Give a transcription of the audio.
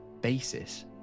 basis